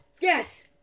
Yes